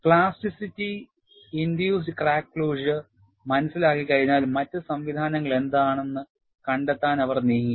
plasticity induced crack closure മനസ്സിലാക്കി കഴിഞ്ഞാൽ മറ്റ് സംവിധാനങ്ങൾ എന്താണെന്ന് കണ്ടെത്താൻ അവർ നീങ്ങി